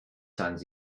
sants